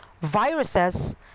viruses